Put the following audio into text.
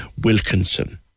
Wilkinson